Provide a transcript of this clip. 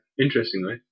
Interestingly